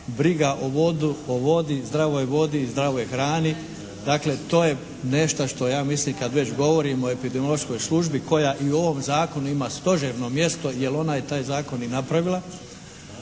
briga o vodu, o vodi, zdravoj vodi i zdravoj hrani. Dakle to je nešta što ja mislim kada već govorimo o epidemiološkoj službi koja i u ovom zakonu ima stožerno mjesto jer ona je taj zakon i napravila,